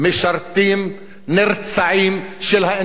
אני אמרתי לך, אני לא מתרשם